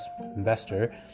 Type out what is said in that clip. investor